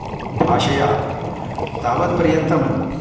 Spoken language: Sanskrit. भाषया तावत् पर्यन्तं